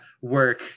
work